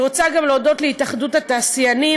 אני רוצה גם להודות להתאחדות התעשיינים,